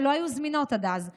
שלא היו זמינות עד אז.